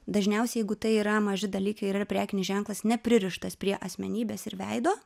dažniausiai jeigu tai yra maži dalykai ir yra prekinis ženklas nepririštas prie asmenybės ir veido